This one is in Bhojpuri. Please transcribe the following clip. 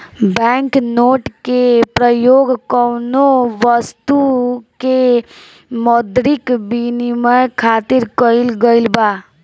बैंक नोट के परयोग कौनो बस्तु के मौद्रिक बिनिमय खातिर कईल गइल बा